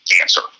answer